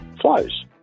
flows